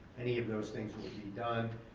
any of those things would be done,